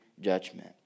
judgment